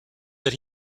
that